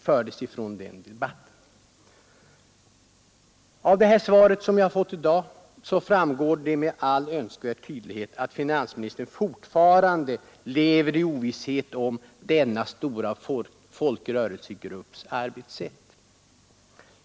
Av det svar jag i dag fått framgår med all önskvärd tydlighet att finansministern fortfarande lever i ovisshet om denna stora folkrörelsegrupps arbetssätt.